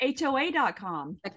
HOA.com